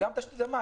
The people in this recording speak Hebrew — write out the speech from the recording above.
גם תשתית המים.